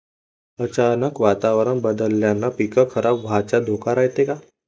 अचानक वातावरण बदलल्यानं पीक खराब व्हाचा धोका रायते का?